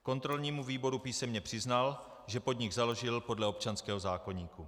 Kontrolnímu výboru písemně přiznal, že podnik založil podle občanského zákoníku.